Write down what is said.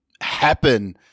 happen